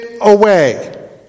away